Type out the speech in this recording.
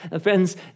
Friends